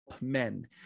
men